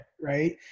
right